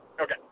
Okay